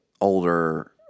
older